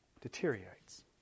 deteriorates